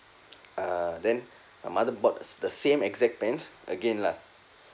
uh then my mother bought the the same exact pants again lah